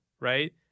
right